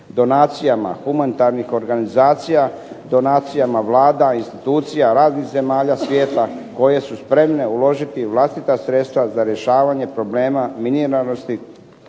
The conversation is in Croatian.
donacijama humanitarnih organizacija, donacijama vlada, institucijama raznih zemalja svijeta koje su spremne uložiti vlastita sredstva za rješavanje problema miniranosti,